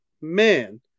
Man